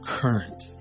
current